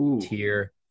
Tier